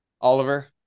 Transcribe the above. Oliver